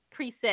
preset